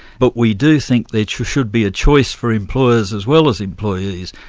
but we do think there should be a choice for employers as well as employees,